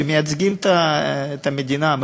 שמייצגים את המדינה,